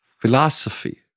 philosophy